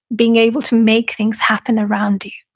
being able to make things happen around you.